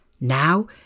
Now